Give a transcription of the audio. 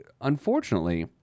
unfortunately